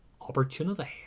opportunity